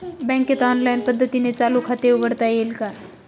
बँकेत ऑनलाईन पद्धतीने चालू खाते उघडता येईल का?